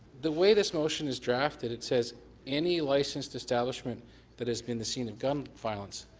the way this motion is drafted it says any licensed establishment that has been the scene of gun violence.